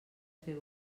fer